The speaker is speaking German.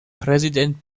präsident